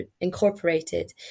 incorporated